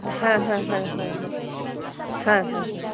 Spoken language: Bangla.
হ্যাঁ হ্যাঁ হ্যাঁ হ্যাঁ হ্যাঁ হ্যাঁ হ্যাঁ হ্যাঁ